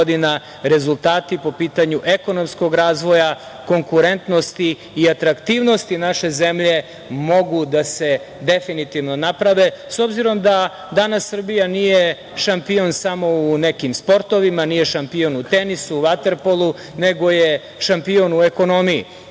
rezultati po pitanju ekonomskog razvoja, konkurentnosti i atraktivnosti naše zemlje mogu da se definitivno naprave.S obzirom da danas Srbija nije šampion samo u nekim sportovima, nije šampion u tenisu, vaterpolu, nego je šampion u ekonomiji.